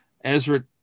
ezra